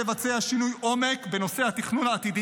יש לבצע שינוי עומק בנושא התכנון העתידי,